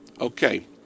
Okay